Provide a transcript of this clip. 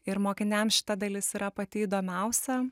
ir mokiniams šita dalis yra pati įdomiausia